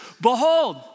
behold